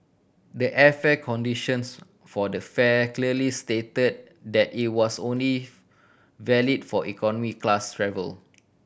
the airfare conditions for the fare clearly stated that it was only valid for economy class travel